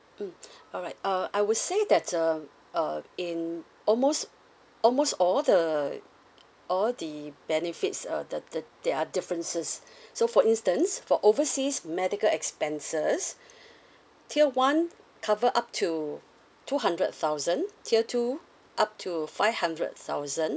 mm alright uh I would say that uh uh in almost almost all the all the benefits err the the there are differences so for instance for overseas medical expenses tier one cover up to two hundred thousand tier two up to five hundred thousand